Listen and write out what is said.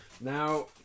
Now